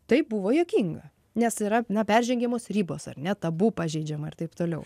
tai buvo juokinga nes yra neperžengiamos ribos ar ne tabu pažeidžiama ir taip toliau